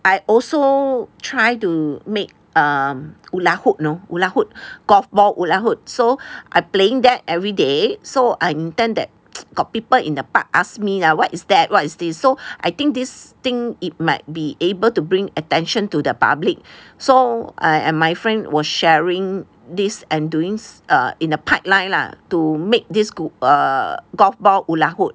I also try to make um hula hoop know you know golf ball hula hoop so I playing that every day so I intend that got people in the park asked me lah what is that what is this so I think this thing it might be able to bring attention to the public so err and my friend was sharing this and doing err in the pipeline lah to make this a golf ball hula hoop